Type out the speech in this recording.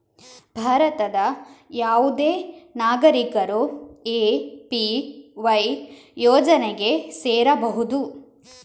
ಭಾರತದ ಯಾವುದೇ ನಾಗರಿಕರು ಎ.ಪಿ.ವೈ ಯೋಜನೆಗೆ ಸೇರಬಹುದು